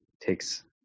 takes